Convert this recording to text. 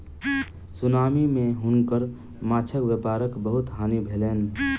tsunami मे हुनकर माँछक व्यापारक बहुत हानि भेलैन